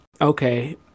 okay